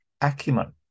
acumen